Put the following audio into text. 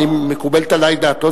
מקובלת עלי דעתו,